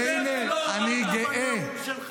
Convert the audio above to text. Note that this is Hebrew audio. ולכן, הייתי מצפה מכם לבוא ולשמוע את הדברים.